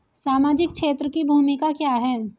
सामाजिक क्षेत्र की भूमिका क्या है?